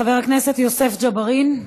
חבר הכנסת יוסף ג'בארין,